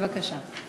בבקשה.